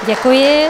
Děkuji.